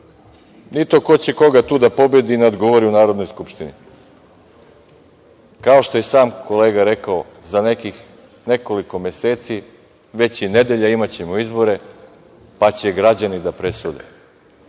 ni to ko će koga tu da pobedi i nadgovori u Narodnoj skupštini. Kao što je i sam kolega rekao, za nekoliko meseci, već i nedelja, imaćemo izbore, pa će građani da presude